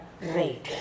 rate